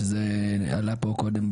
שזה עלה פה קודם,